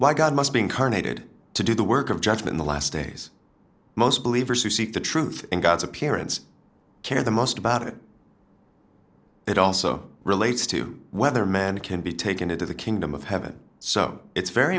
god must be incarnated to do the work of judgement the last days most believers who seek the truth and god's appearance care the most about it it also relates to whether man can be taken into the kingdom of heaven so it's very